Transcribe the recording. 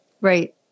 Right